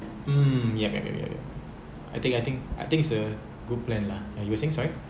mm yup yup yup yup I think I think I think it's a good plan lah and you were saying sorry